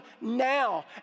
now